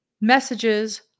Messages